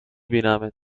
بینمت